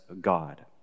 God